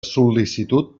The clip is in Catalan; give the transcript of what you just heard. sol·licitud